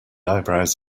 eyebrows